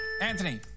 Anthony